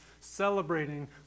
celebrating